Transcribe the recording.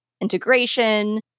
integration